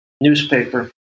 newspaper